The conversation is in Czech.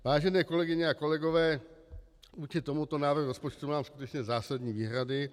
Vážené kolegyně a kolegové, vůči tomuto návrhu rozpočtu mám skutečně zásadní výhrady.